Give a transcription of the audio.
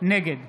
נגד